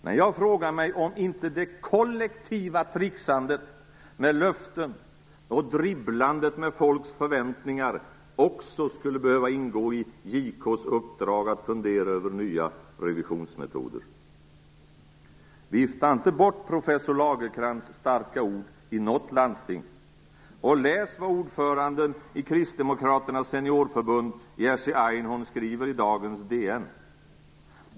Men jag frågar mig om inte det kollektiva trixandet med löften och dribblandet med folks förväntningar också skulle behöva ingå i JK:s uppdrag att fundera över nya revisionsmetoder. Vifta inte bort professor Lagercrantz starka ord i något landsting! Läs vad ordföranden i kristdemokraternas seniorförbund Jerzy Einhorn skriver i dagens DN.